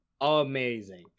amazing